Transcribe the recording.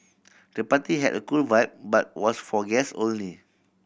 the party had a cool vibe but was for guest only